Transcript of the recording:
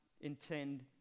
intend